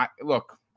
look